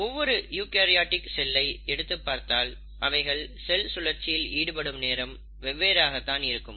ஒவ்வொரு யூகரியோடிக் செல்லை எடுத்துப் பார்த்தால் அவைகள் செல் சுழற்சியில் ஈடுபடும் நேரம் வெவ்வேறாக தான் இருக்கும்